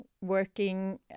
working